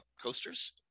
coasters